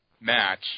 match